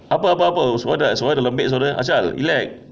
apa apa apa suara dah suara dah lembik suara asal relax